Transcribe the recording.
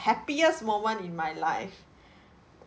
happiest moment in my life